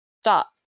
stop